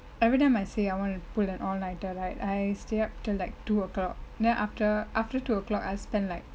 everytime I say I want to pull an all nighter like I stay up to like two o'clock then after after two o'clock I spend like